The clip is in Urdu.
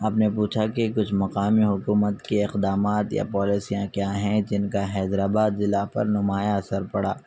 آپ نے پوچھا کہ کچھ مقامی حکومت کے اقدامات یا پالیسیاں کیا ہیں جن کا حیدر آباد ضلع پر نمایاں اثر پڑا